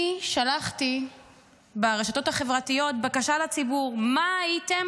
אני שלחתי ברשתות החברתיות בקשה לציבור: מה הייתם